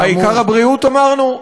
כאמור, "העיקר הבריאות" אמרנו?